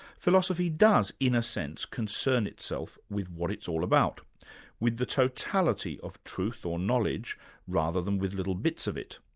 philosophy does in a sense concern itself with what it's all about with the totality of truth or knowledge rather than with little bits of it.